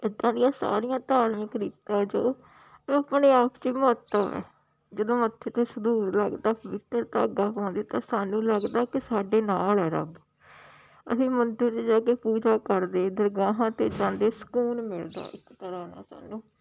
ਇੱਦਾਂ ਦੀਆਂ ਸਾਰੀਆਂ ਧਾਰਮਿਕ ਰੀਤਾਂ ਹੈ ਜੋ ਆਪਣੇ ਆਪ 'ਚ ਹੀ ਮਹੱਤਵ ਹੈ ਜਦੋਂ ਮੱਥੇ 'ਤੇ ਸੰਧੂਰ ਲੱਗਦਾ ਪਵਿੱਤਰ ਧਾਗਾ ਪਾਉਂਦੇ ਤਾਂ ਸਾਨੂੰ ਲੱਗਦਾ ਕਿ ਸਾਡੇ ਨਾਲ ਹੈ ਰੱਬ ਅਸੀਂ ਮੰਦਰ 'ਚ ਜਾ ਕੇ ਪੂਜਾ ਕਰਦੇ ਦਰਗਾਹਾਂ 'ਤੇ ਜਾਂਦੇ ਸਕੂਨ ਮਿਲਦਾ ਇੱਕ ਤਰ੍ਹਾਂ ਨਾਲ ਸਾਨੂੰ